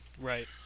Right